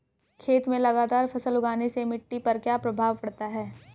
खेत में लगातार फसल उगाने से मिट्टी पर क्या प्रभाव पड़ता है?